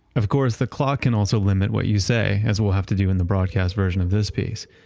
of course, the clock can also limit what you say. as we'll have to do in the broadcast version of this piece.